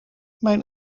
mijn